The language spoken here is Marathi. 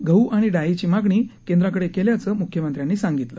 गह् आणि डाळींची मागणी केंद्राकडे केल्याचं म्ख्यमंत्र्यांनी सांगितलं